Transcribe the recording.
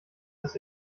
das